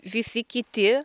visi kiti